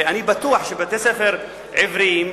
אני בטוח שבתי-ספר עבריים,